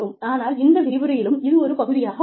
ஆனால் இந்த விரிவுரையிலும் இது ஒரு பகுதியாக உள்ளது